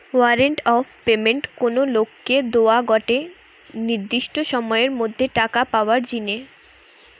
warrant of payment কোনো লোককে দোয়া গটে নির্দিষ্ট সময়ের মধ্যে টাকা পাবার জিনে